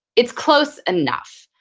it's close enough.